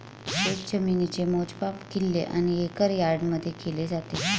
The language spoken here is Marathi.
शेतजमिनीचे मोजमाप किल्ले आणि एकर यार्डमध्ये केले जाते